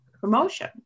promotion